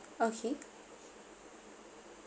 okay